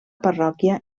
parròquia